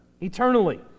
eternally